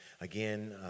again